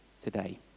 today